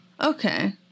Okay